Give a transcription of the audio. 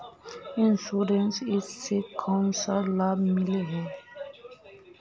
Insurance इस से कोन सा लाभ मिले है?